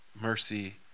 mercy